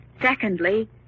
secondly